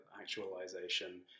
actualization